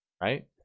right